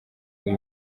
uyu